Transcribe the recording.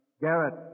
Garrett